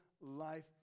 life